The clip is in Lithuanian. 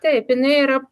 taip jinai yra